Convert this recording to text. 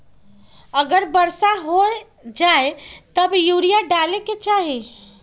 अगर वर्षा हो जाए तब यूरिया डाले के चाहि?